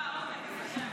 אה, אוקיי,